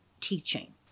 teaching